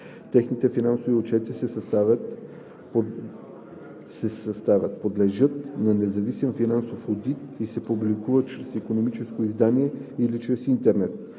техните финансови отчети се съставят, подлежат на независим финансов одит и се публикуват чрез икономическо издание или чрез интернет.